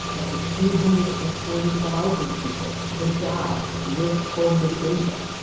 up to two hundred and forty thousand people could die with full mitigation.